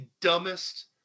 dumbest